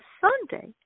Sunday